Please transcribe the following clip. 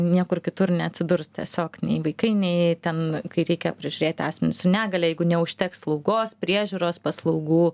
niekur kitur neatsidurs tiesiog nei vaikai nei ten kai reikia prižiūrėti asmenį su negalia jeigu neužteks slaugos priežiūros paslaugų